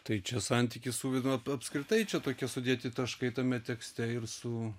tai čia santykis su vi apskritai čia tokia sudėti taškai tame tekste ir su